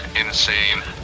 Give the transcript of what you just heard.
insane